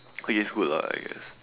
which is good lah I guess